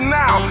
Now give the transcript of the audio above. now